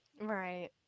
Right